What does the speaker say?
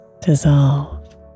dissolve